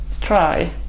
Try